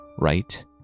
Right